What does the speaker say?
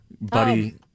buddy